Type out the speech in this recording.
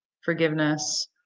forgiveness